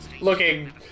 Looking